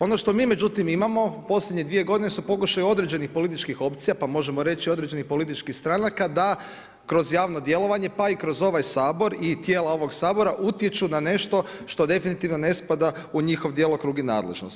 Ono što mi međutim imamo u posljednjih dvije godine su pokušaj određenih političkih opcija, pa možemo reći i određenih političkih stranaka, da kroz javno djelovanje pa i kroz ovaj Sabor i tijela ovog Sabora utječu na nešto što definitivno ne spada u njihov djelokrug i nadležnost.